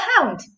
hound